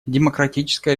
демократическая